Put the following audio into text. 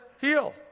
heal